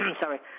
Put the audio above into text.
Sorry